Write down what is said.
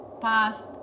past